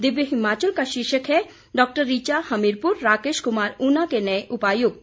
दिव्य हिमाचल का शीर्षक है डॉ ऋचा हमीरपुर राकेश कुमार ऊना के नए उपायुक्त